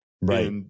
Right